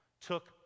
took